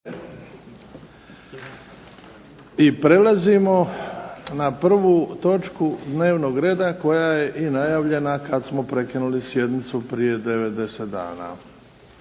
I prelazimo na prvu točku dnevnog reda koja je najavljena kada smo prekinuli sjednicu prije 9, 10 dana